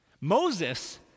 Moses